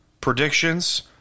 predictions